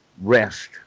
Rest